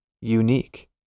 unique